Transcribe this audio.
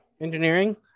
engineering